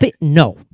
No